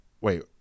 wait